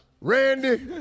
Randy